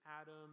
Adam